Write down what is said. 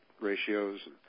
ratios